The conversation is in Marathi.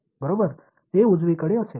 नाही बरोबर ते उजवीकडे असेल